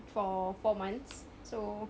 for four months so